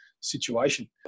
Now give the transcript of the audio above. situation